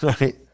Right